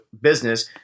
business